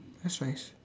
that's nice